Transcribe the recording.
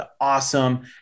awesome